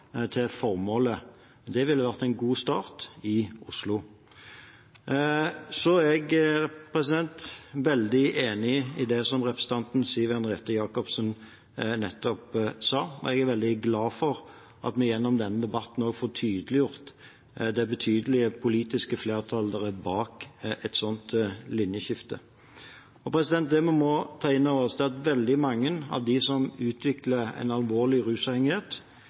til formålet. Det ville vært en god start i Oslo. Jeg er veldig enig i det som representanten Siv Henriette Jacobsen nettopp sa, og jeg er veldig glad for at vi gjennom denne debatten får tydeliggjort det betydelige politiske flertallet bak et slikt linjeskifte. Det vi må ta innover oss, er at veldig mange av dem som utvikler en alvorlig rusavhengighet,